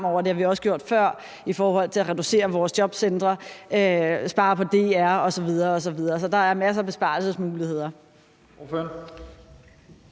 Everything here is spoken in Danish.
Det har vi også gjort før i forhold til at reducere vores jobcentre, spare på DR osv. osv.. Så der er masser af besparelsesmuligheder.